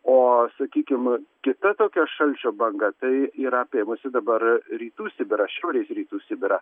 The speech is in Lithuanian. oo sakykim kita tokia šalčio banga tai yra apėmusi dabar rytų sibirą šiaurės rytų sibirą